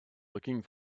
looking